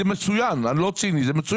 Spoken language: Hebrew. זה מצוין, אני לא ציני, זה מצוין.